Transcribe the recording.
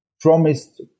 promised